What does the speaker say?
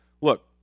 look